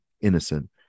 innocent